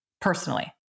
personally